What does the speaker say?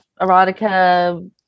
erotica